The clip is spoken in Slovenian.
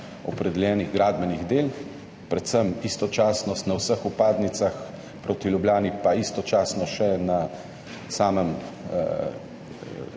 opredeljenih gradbenih del, predvsem istočasnost na vseh vpadnicah proti Ljubljani pa istočasno še na samem